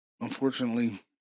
unfortunately